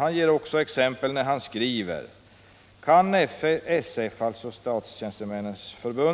Han skriver: ”Men — kan SF